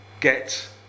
get